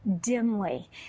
dimly